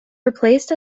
replaced